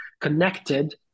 connected